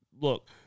look